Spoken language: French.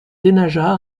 denaja